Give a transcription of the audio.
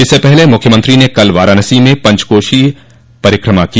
इससे पहले मुख्यमंत्री ने कल वाराणसी में पंचकोषीय परिक्रमा की